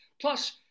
Plus